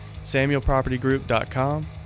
samuelpropertygroup.com